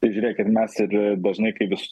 žiūrėkit mes ir dažnai kai vis